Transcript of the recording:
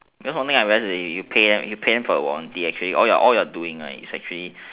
because something I realised is that you pay you pay them for a warranty all you're doing right is actually